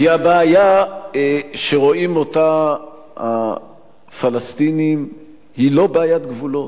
כי הבעיה שרואים הפלסטינים היא לא בעיית גבולות.